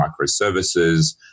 microservices